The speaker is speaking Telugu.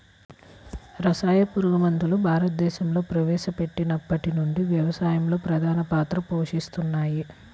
రసాయన పురుగుమందులు భారతదేశంలో ప్రవేశపెట్టినప్పటి నుండి వ్యవసాయంలో ప్రధాన పాత్ర పోషిస్తున్నాయి